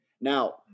now